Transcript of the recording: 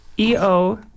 EO